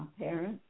parents